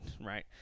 right